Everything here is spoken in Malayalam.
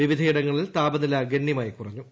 വിവിധയിടങ്ങളിൽ താപനില ഗണ്യമായി കുറഞ്ഞു